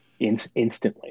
instantly